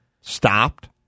stopped